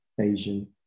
Asian